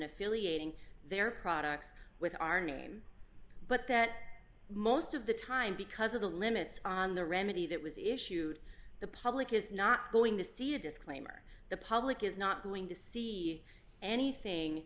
affiliating their products with our name but that most of the time because of the limits on the remedy that was issued the public is not going to see a disclaimer the public is not going to see anything